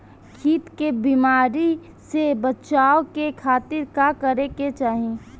कीट के बीमारी से बचाव के खातिर का करे के चाही?